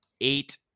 eight